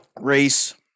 race